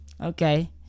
Okay